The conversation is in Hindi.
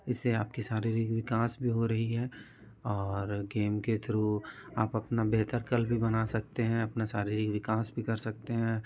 इसे आपके शारीरिक विकास भी हो रहा है और गेम के थ्रू आप अपना बेहतर कल भी बना सकते हैं अपना शारीरिक विकास भी कर सकते हैं